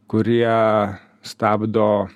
kurie stabdo